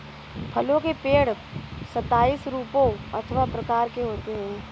फलों के पेड़ सताइस रूपों अथवा प्रकार के होते हैं